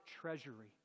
treasury